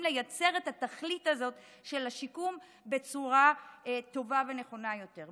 לייצר את התכלית הזו של השיקום בצורה טובה ונכונה יותר.